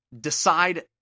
decide